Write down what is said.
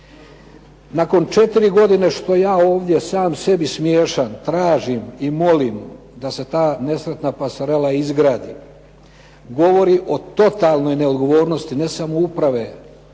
nakon 4 godine što ja ovdje sam sebi smiješan tražim i molim da se ta nesretna pasarela izgradi govori o totalnoj neodgovornosti ne samo uprave